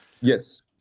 Yes